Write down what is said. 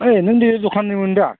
ओइ नों दिनै दखान होयोमोनदा